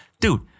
dude